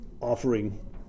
offering